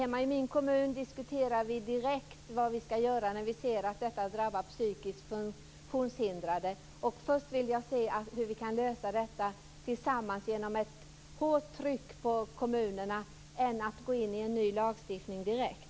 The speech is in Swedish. Hemma i min kommun diskuterar vi direkt vad vi skall göra när vi ser att detta drabbar psykiskt funktionshindrade. Först vill jag se hur vi kan lösa detta tillsammans genom ett hårt tryck på kommunerna i stället för att gå in i en ny lagstiftning direkt.